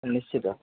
ହଁ ନିଶ୍ଚିତ